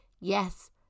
yes